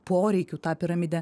poreikių tą piramidę